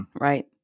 right